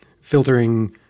filtering